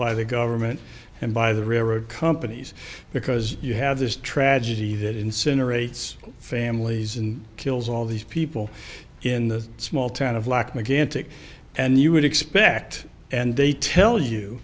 by the government and by the railroad companies because you have this tragedy that incinerates families and kills all these people in the small town of lakme again tick and you would expect and they tell you